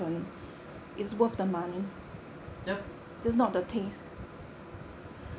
yup